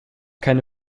keine